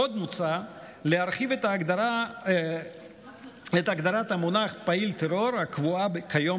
עוד מוצע להרחיב את הגדרת המונח "פעיל טרור" הקבועה כיום